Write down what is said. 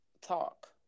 talk